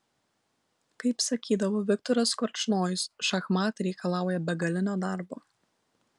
kaip sakydavo viktoras korčnojus šachmatai reikalauja begalinio darbo